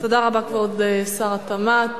תודה רבה, כבוד שר התמ"ת.